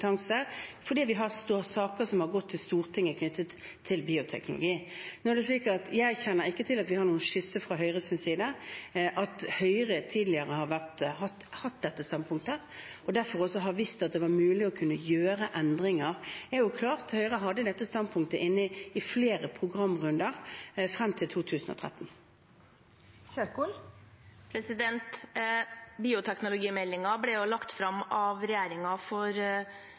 saker som har gått til Stortinget om bioteknologi. Jeg kjenner ikke til at vi har noen skisse fra Høyres side. At Høyre tidligere har hatt dette standpunktet og derfor også har visst at det var mulig å kunne gjøre endringer, er jo klart. Høyre hadde dette standpunktet inne i flere programrunder frem til 2013. Ingvild Kjerkol – til oppfølgingsspørsmål. Bioteknologimeldingen ble lagt fram av regjeringen for